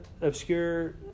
obscure